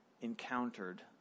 encountered